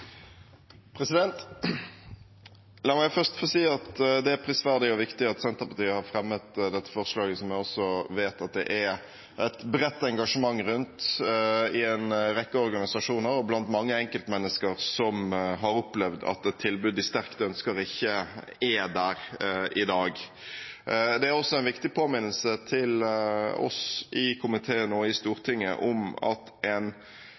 prisverdig og viktig at Senterpartiet har fremmet dette forslaget, som jeg også vet at det er et bredt engasjement rundt i en rekke organisasjoner og blant mange enkeltmennesker som har opplevd at et tilbud de sterkt ønsker, ikke er der i dag. Det er også en viktig påminnelse til oss i komiteen og i Stortinget om at en